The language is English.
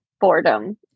boredom